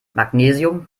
magnesium